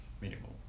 minimal